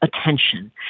attention